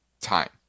time